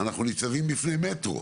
ניצבים בפני מטרו,